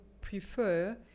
prefer